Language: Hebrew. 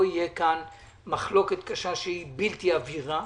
תהיה פה מחלוקת קשה שהיא בלתי עבירה.